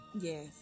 yes